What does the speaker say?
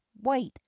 white